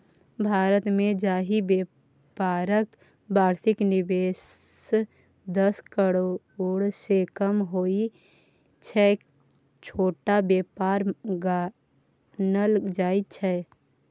भारतमे जाहि बेपारक बार्षिक निबेश दस करोड़सँ कम होइ छै छोट बेपार गानल जाइ छै